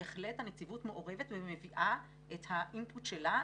בהחלט הנציבות מעורבת ומביאה את האימפוט שלה,